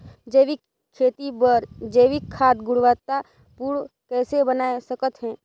जैविक खेती बर जैविक खाद गुणवत्ता पूर्ण कइसे बनाय सकत हैं?